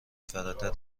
فراتر